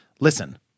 Listen